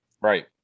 Right